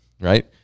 Right